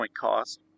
cost